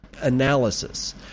analysis